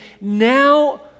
now